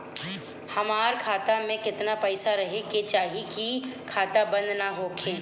हमार खाता मे केतना पैसा रहे के चाहीं की खाता बंद ना होखे?